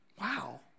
Wow